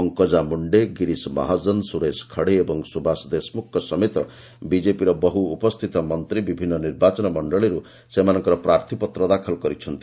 ପଙ୍କଜା ମୁଣ୍ଡେ ଗିରିଶ ମହାଜନ ସୁରେଶ ଖଡେ ଓ ସୁଭାସ ଦେଶମୁଖଙ୍କ ସମେତ ବିଜେପିର ବହୁ ଉପସ୍ଥିତ ମନ୍ତ୍ରୀ ବିଭିନ୍ନ ନିର୍ବାଚନ ମଣ୍ଡଳୀରୁ ଆଜି ସେମାନଙ୍କର ପ୍ରାର୍ଥୀପତ୍ର ଦାଖଲ କରିଛନ୍ତି